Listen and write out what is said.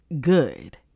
good